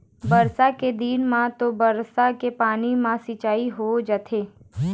बरसा के दिन म तो बरसा के पानी म सिंचई ह हो जाथे